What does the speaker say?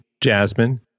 Jasmine